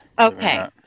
Okay